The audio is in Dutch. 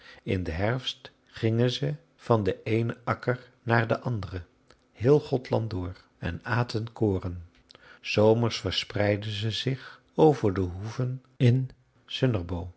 in den herfst gingen ze van den eenen akker naar den anderen heel gothland door en aten koren s zomers verspreidden ze zich over de hoeven in